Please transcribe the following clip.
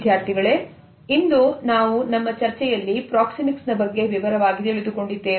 ವಿದ್ಯಾರ್ಥಿಗಳೇ ಇಂದು ನಾವು ನಮ್ಮ ಚರ್ಚೆಯಲ್ಲಿ ಪ್ರಾಕ್ಸಿಮಿಕ್ಸ್ ನ ಬಗ್ಗೆ ವಿವರವಾಗಿ ತಿಳಿದುಕೊಂಡಿದ್ದೇವೆ